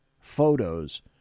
photos